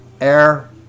Air